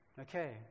Okay